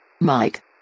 Mike